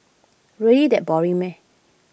really that boring meh